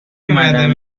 اومدم